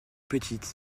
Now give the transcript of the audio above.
petite